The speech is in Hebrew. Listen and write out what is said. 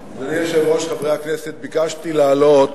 היושב-ראש, חברי הכנסת, ביקשתי לעלות,